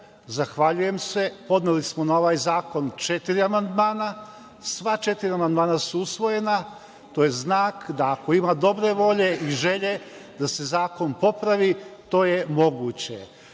Zahvaljujem se. Podneli smo na ovaj zakon četiri amandmana, sva četiri amandmana su usvojena. To je znak da ako ima dobre volje i želje da se zakon popravi to je moguće.